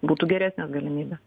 būtų geresnės galimybė